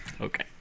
Okay